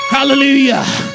Hallelujah